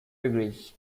degrees